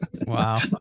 Wow